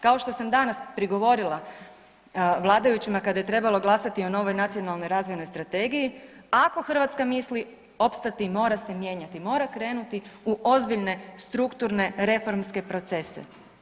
Kao što sam danas prigovorila vladajućima kada je trebalo glasati o novoj Nacionalnoj razvojnoj strategiji, ako Hrvatska misli opstati mora se mijenjati mora krenuti u ozbiljne strukturne reformske procese.